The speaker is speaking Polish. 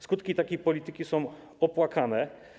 Skutki takiej polityki są opłakane.